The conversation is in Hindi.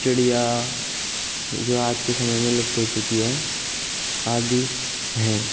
चिड़िया जो आज के समय में लुप्त हो चुकी है आदि है